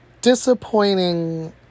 disappointing